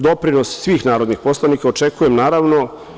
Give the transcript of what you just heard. Doprinos svih narodnih poslanika očekujem naravno.